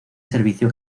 servicio